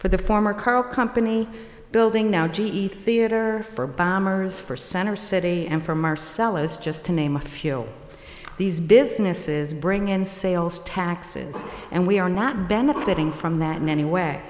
for the former car company building now g e theater for bombers for center city and for marcellus just to name a few these businesses bring in sales taxes and we are not benefiting from that in any way